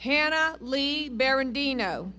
hannah lee baron dino